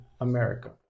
America